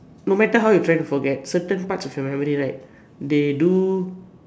no matter how you trying to forget certain parts of your memory right they do